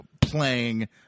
playing